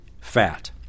fat